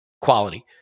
quality